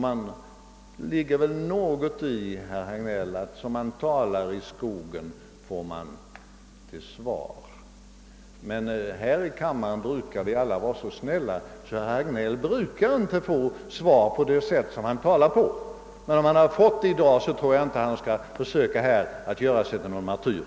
Det ligger väl något i det ordspråket, herr Hagnell, att »som man ropar i skogen får man svar». Här i kammaren brukar vi vara så snälla att herr Hagnell som regel inte får svar på det sätt på vilket han själv talar. Men om han nu fått det i dag tycker jag inte att han skall försöka göra sig till martyr.